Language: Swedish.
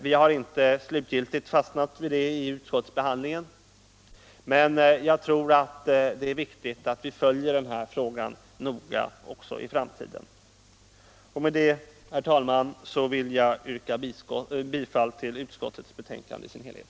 Vi har inte vid utskottsbehandlingen slutgiltigt fastnat för något förslag, men jag tror det är viktigt att följa frågan noga också i framtiden. Med det vill jag, herr talman, yrka bifall till utskottets hemställan i dess helhet.